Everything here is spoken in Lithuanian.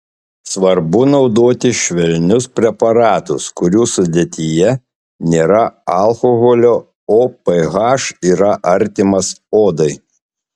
svarbu naudoti švelnius preparatus kurių sudėtyje nėra alkoholio o ph yra artimas odai